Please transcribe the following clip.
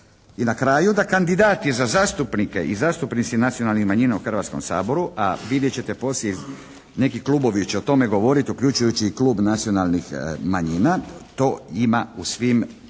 I na kraju da kandidati za zastupnike i zastupnici nacionalnih manjina u Hrvatskom saboru, a vidjet ćete poslije neki klubovi će o tome govoriti uključujući i klub Nacionalnih manjina, to ima u svim zemljama